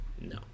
No